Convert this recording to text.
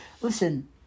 listen